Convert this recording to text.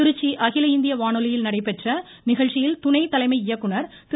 திருச்சி அகில இந்திய வானொலியில் நடைபெற்ற நிகழ்ச்சியில் துணை தலைமை இயக்குநர் திரு